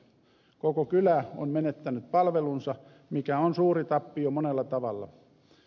koko kylä on menettänyt palvelunsa mikä on suuri tappio monella tavalla